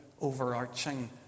overarching